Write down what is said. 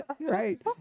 Right